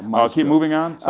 um i'll keep moving on.